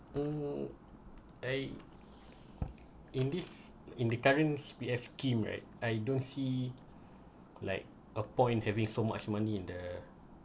mm eh in this in the current C_P_F scheme right I don't see like a point having so much money in the